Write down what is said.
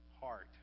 heart